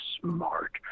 smart